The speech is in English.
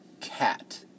Cat